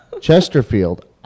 Chesterfield